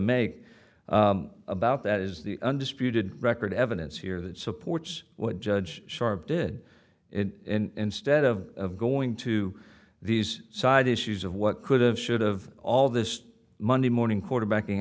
make about that is the undisputed record evidence here that supports what judge sharp did it and stead of going to these side issues of what could have should of all this monday morning quarterbacking